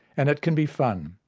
and it can be fun.